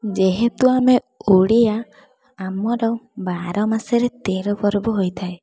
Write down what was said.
ଯେହେତୁ ଆମେ ଓଡ଼ିଆ ଆମର ବାର ମାସରେ ତେର ପର୍ବ ହୋଇଥାଏ